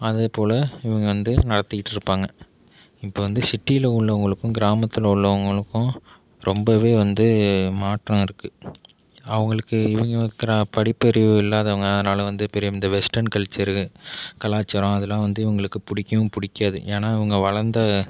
அதே போல் இவங்க வந்து நடத்திக்கிட்டு இருப்பாங்க இப்போ வந்து சிட்டியில் உள்ளவர்களுக்கும் கிராமத்தில் உள்ளவர்களுக்கும் ரொம்பவே வந்து மாற்றம் இருக்குது அவர்களுக்கு இவங்க இருக்கிற படிப்பறிவு இல்லாதவங்க அதனால் வந்து பெரிய இந்த வெஸ்டென் கல்ச்சரு கலாச்சாரம் அதெலாம் வந்து இவர்களுக்கு பிடிக்கும் பிடிக்காது ஏன்னால் இவங்க வளர்ந்த